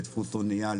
לדפוס אניה,